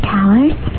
Towers